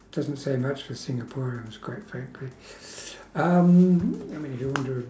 doesn't say much for singaporeans quite frankly um I mean if you want to